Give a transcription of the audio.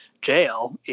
jail